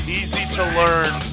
easy-to-learn